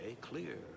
clear